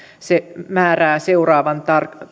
määrää seuraavaan